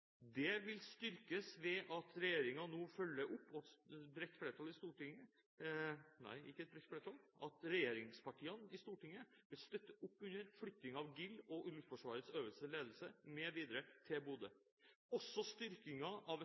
Det vil styrkes ved at regjeringspartiene i Stortinget nå vil støtte opp under flytting av GIL og Luftforsvarets øverste ledelse mv. til Bodø. Også styrkingen av et nasjonalt luftoperasjonssenter vil